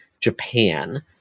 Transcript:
Japan